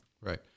Right